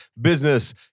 business